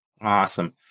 Awesome